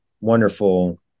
wonderful